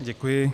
Děkuji.